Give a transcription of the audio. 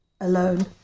alone